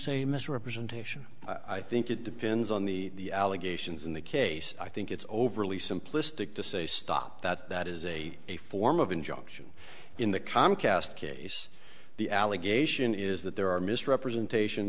same misrepresentation i think it depends on the allegations in the case i think it's overly simplistic to say stop that that is a a form of injunction in the comcast case the allegation is that there are misrepresentation